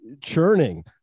churning